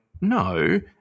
no